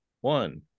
one